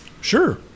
Sure